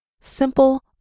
Simple